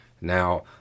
Now